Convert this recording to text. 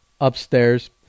upstairs